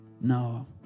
No